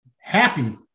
happy